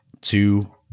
two